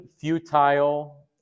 futile